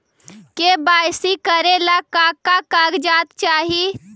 KYC करे ला का का कागजात चाही?